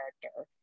character